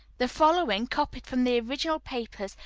the following, copied from the original papers,